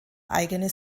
eigene